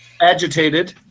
Agitated